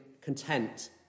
content